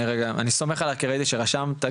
אני סומך עלייך כי ראיתי שרשמת,